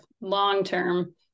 long-term